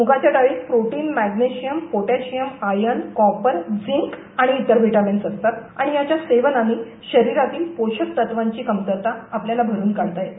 मुगाच्या डाळीत protein magnesium potassium iron copper zinc आणि ईतर व्हिटॅमिन्स असतात आणि याच्या सेवनाने शरीरातील पोषक तत्वांची कमतरता आपल्याला भरून काढता येते